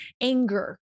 anger